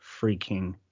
freaking